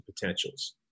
potentials